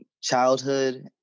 childhood